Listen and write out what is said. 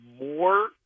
more